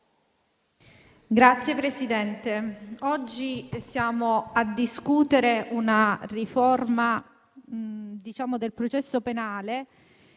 Signor Presidente, oggi siamo a discutere una riforma del processo penale